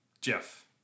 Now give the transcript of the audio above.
Jeff